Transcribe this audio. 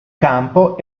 campo